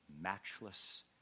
matchless